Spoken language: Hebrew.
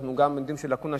אנחנו גם יודעים שזאת לקונה.